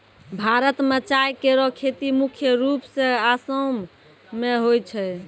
भारत म चाय केरो खेती मुख्य रूप सें आसाम मे होय छै